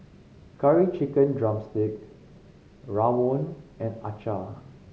Curry Chicken drumstick rawon and acar